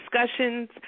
discussions